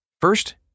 First